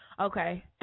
Okay